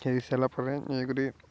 ଖେଳି ସାରିଲା ପରେ ଇଏ କରି